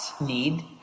need